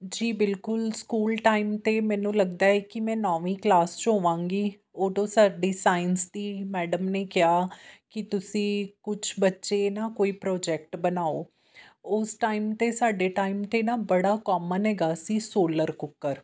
ਜੀ ਬਿਲਕੁਲ school time 'ਤੇ ਮੈਨੂੰ ਲੱਗਦਾ ਹੈ ਕਿ ਮੈਂ ਨੌਵੀਂ ਕਲਾਸ 'ਚ ਹੋਵਾਂਗੀ ਉਦੋਂ ਸਾਡੀ ਸਾਇੰਸ ਦੀ ਮੈਡਮ ਨੇ ਕਿਹਾ ਕਿ ਤੁਸੀਂ ਕੁਛ ਬੱਚੇ ਨਾ ਕੋਈ ਪ੍ਰੋਜੈਕਟ ਬਣਾਓ ਉਸ ਟਾਈਮ 'ਤੇ ਸਾਡੇ ਟਾਈਮ 'ਤੇ ਨਾ ਬੜਾ ਕੋਮਨ ਹੈਗਾ ਸੀ ਸੋਲਰ ਕੁੱਕਰ